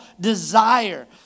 desire